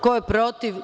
Ko je protiv?